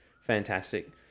fantastic